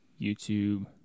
YouTube